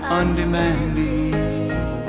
undemanding